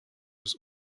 was